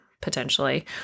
potentially